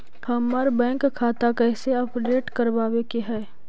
हमर बैंक खाता कैसे अपडेट करबाबे के है?